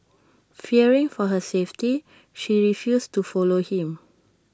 fearing for her safety she refused to follow him